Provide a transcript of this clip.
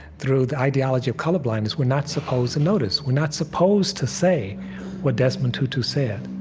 through the ideology of colorblindness, we're not supposed to notice. we're not supposed to say what desmond tutu said.